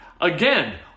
Again